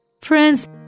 Friends